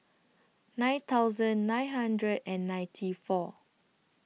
nine thousand nine hundred and ninety four